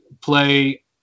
play